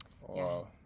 Wow